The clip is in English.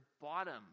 bottom